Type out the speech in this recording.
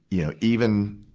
you know, even,